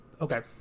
Okay